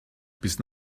bis